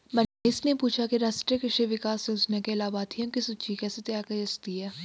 मनीष ने पूछा कि राष्ट्रीय कृषि विकास योजना के लाभाथियों की सूची कैसे तैयार की जा सकती है